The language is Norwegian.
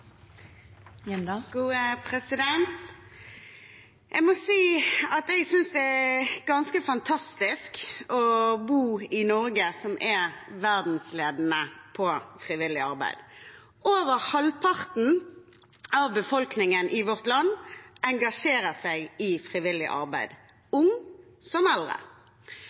ganske fantastisk å bo i Norge, som er verdensledende på frivillig arbeid. Over halvparten av befolkningen i vårt land engasjerer seg i frivillig arbeid – unge som eldre.